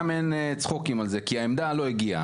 מעין צחוקים על זה כי העמדה לא הגיעה.